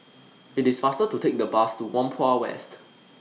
IT IS faster to Take The Bus to Whampoa West